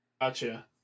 Gotcha